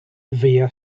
via